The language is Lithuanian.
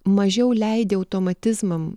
mažiau leidi automatizmam